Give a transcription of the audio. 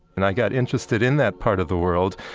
and i got interested in that part of the world,